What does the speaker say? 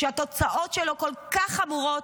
שהתוצאות שלו כל כך חמורות,